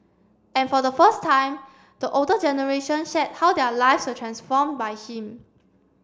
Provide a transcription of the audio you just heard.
and for the first time the older generation shared how their lives are transformed by him